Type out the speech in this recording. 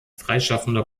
freischaffender